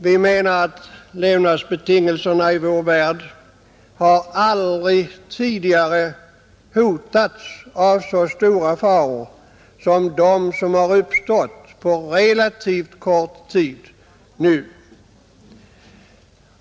Vi menar att levnadsbetingelserna i vår värld aldrig tidigare har hotats av så stora faror som dem som nu har uppstått på relativt kort tid.